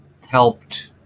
helped